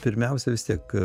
pirmiausia vis tiek